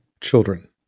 children